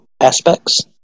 aspects